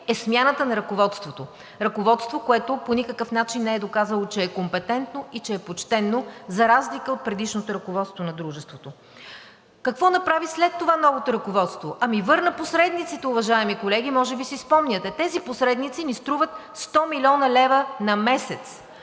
е смяната на ръководството – ръководство, което по никакъв начин не е доказало, че е компетентно и че е почтено за разлика от предишното ръководство на дружеството. Какво направи след това новото ръководство? Върна посредниците, уважаеми колеги, може би си спомняте, че тези посредници ни струват 100 млн. лв. на месец.